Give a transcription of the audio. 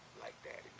like that,